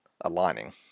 aligning